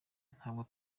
ntabwo